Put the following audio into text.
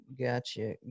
gotcha